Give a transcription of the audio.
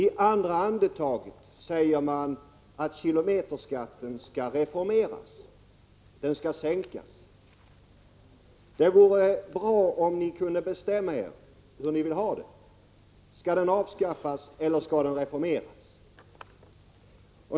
I det andra andetaget säger man att kilometerskatten skall reformeras, den skall sänkas. Det vore bra om ni kunde bestämma er hur ni vill ha det. Skall skatten avskaffas, eller skall den reformeras?